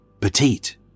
petite